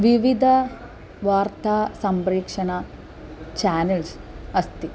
विविधवार्ता संप्रेक्षण चानेल्स् अस्ति